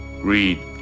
Read